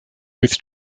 with